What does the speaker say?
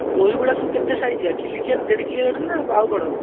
ରୋହିଗୁଡ଼ା ସବୁ କେତେ ସାଇଜିଆ କିଲିକିଆ ଦେଢ଼ କିଲିକିଆ ଗୁଡ଼ା ନା ଆଉ ବଡ଼